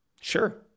Sure